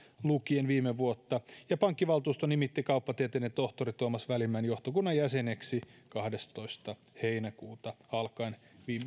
lukien viime vuonna ja pankkivaltuusto nimitti kauppatieteiden tohtori tuomas välimäen johtokunnan jäseneksi kahdestoista heinäkuuta alkaen